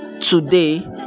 today